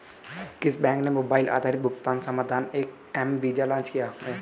किस बैंक ने मोबाइल आधारित भुगतान समाधान एम वीज़ा लॉन्च किया है?